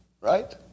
right